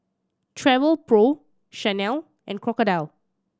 Travelpro Chanel and Crocodile